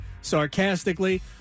sarcastically